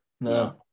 No